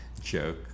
joke